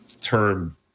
term